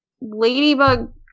Ladybug